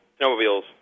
snowmobiles